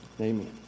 Amen